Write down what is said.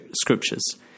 Scriptures